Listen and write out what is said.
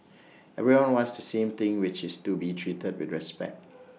everybody wants same thing which is to be treated with respect